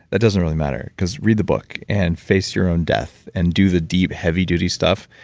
that doesn't really matter, because read the book and face your own death and do the deep heavy-duty stuff,